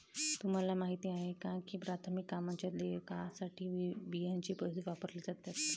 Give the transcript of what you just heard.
तुम्हाला माहिती आहे का की प्राथमिक कामांच्या देयकासाठी बियांचे पैसे वापरले जातात?